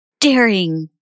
Daring